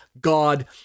God